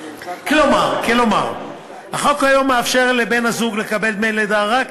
כלומר, החוק כיום מאפשר לבן-הזוג לקבל דמי לידה רק